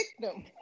victim